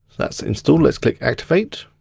that's installed, let's click activate.